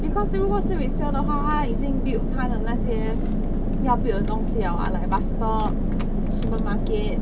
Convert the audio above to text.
because 如果是 resale 的话它它已经 built 它的那些要 build 的东西 liao [what] like bus stop supermarket